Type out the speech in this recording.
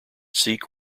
seek